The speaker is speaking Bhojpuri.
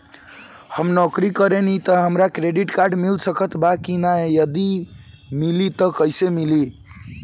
हम नौकरी करेनी त का हमरा क्रेडिट कार्ड मिल सकत बा की न और यदि मिली त कैसे मिली?